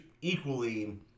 equally